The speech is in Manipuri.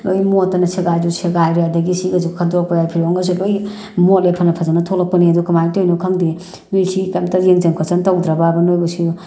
ꯂꯣꯏꯅ ꯃꯣꯠꯇꯅ ꯁꯦꯒꯥꯏꯁꯨ ꯁꯦꯒꯥꯏꯔꯦ ꯑꯗꯒꯤ ꯁꯤꯒꯁꯨ ꯈꯠꯇꯣꯛꯄ ꯌꯥꯏ ꯐꯤꯔꯣꯟꯒꯁꯨ ꯂꯣꯏꯅ ꯃꯣꯠꯂꯦ ꯐꯅ ꯐꯖꯅ ꯊꯣꯛꯂꯛꯄꯅꯦ ꯑꯗꯣ ꯀꯃꯥꯏꯅ ꯇꯧꯔꯤꯅꯣ ꯈꯪꯗꯦ ꯅꯣꯏ ꯁꯤ ꯀꯔꯤꯃꯇ ꯌꯦꯡꯖꯤꯟ ꯈꯣꯠꯆꯤꯟ ꯇꯧꯗ꯭ꯔꯕꯕ ꯅꯣꯏꯕꯨ ꯁꯤꯕꯨ